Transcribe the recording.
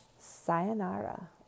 sayonara